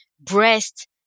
breast